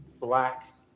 Black